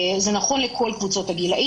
זה נכון לכל קבוצות הגילים.